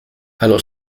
allo